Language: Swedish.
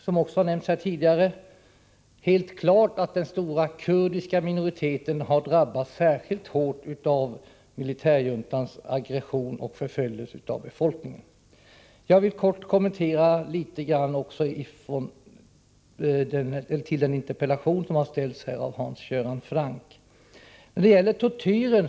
Som nämnts tidigare är det helt klart att den stora kurdiska minoriteten har drabbats särskilt hårt av militärjuntans aggression och förföljelse av befolkningen. Jag vill kortfattat kommentera en del av innehållet i Hans Göran Francks interpellation.